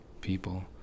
people